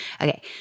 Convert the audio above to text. Okay